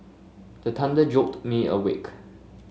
the thunder jolt me awake